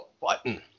button